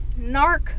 narc